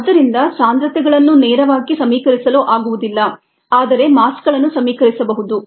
ಆದ್ದರಿಂದ ಸಾಂದ್ರತೆಗಳನ್ನು ನೇರವಾಗಿ ಸಮೀಕರಿಸಲು ಆಗುವುದಿಲ್ಲ ಆದರೆ ಮಾಸ್ಗಳನ್ನು ಸಮೀಕರಿಸಬಹುದು